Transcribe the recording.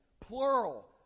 plural